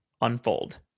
unfold